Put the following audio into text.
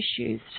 issues